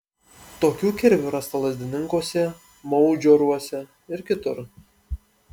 tokių kirvių rasta lazdininkuose maudžioruose ir kitur